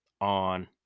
on